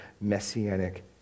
messianic